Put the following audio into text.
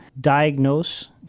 diagnose